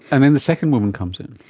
and then the second woman comes in,